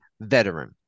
veteran